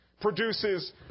produces